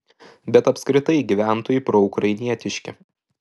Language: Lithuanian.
bet apskritai gyventojai proukrainietiški